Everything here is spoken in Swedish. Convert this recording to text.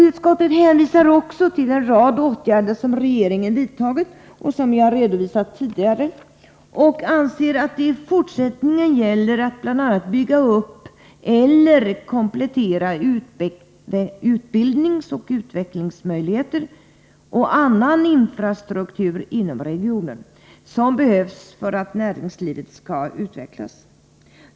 Utskottet hänvisar också till en rad åtgärder som regeringen vidtagit och som jag redovisat tidigare och anser att det i fortsättningen gäller att bl.a. bygga upp eller komplettera utbildningsoch utvecklingsmöjligheter och annan infrastruktur inom regionen som behövs för att näringslivet skall utvecklas.